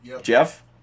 Jeff